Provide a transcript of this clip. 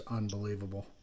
unbelievable